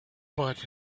but